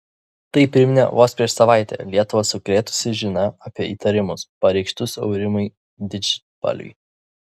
tai priminė vos prieš savaitę lietuvą sukrėtusi žinia apie įtarimus pareikštus aurimui didžbaliui